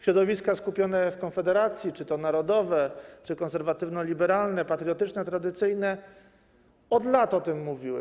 Środowiska skupione w Konfederacji, czy to narodowe, czy konserwatywno-liberalne, patriotyczne, tradycyjne, od lat o tym mówiły.